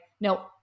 no